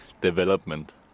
development